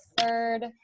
third